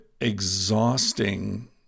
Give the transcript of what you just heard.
exhausting